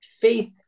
faith